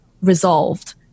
resolved